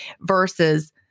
Versus